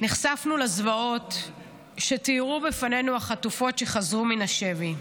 נחשפנו לזוועות שתיארו בפנינו החטופות שחזרו מן השבי.